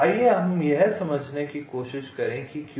आइए हम यह समझने की कोशिश करें कि क्यों